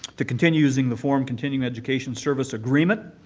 to continue using the form continuing education service agreement,